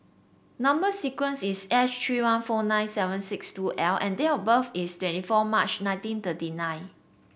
number sequence is S three one four nine seven six two L and date of birth is twenty four March nineteen thirty nine